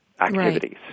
activities